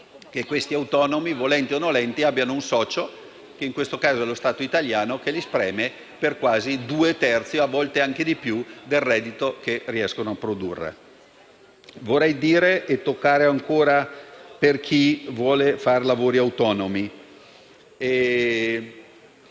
che gli autonomi, volenti o nolenti, abbiano un socio (in questo caso lo Stato italiano) che li spreme per quasi due terzi (e a volte anche di più) del reddito che riescono a produrre. Vorrei parlare ancora di chi vuole intraprendere lavori autonomi.